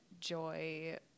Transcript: joy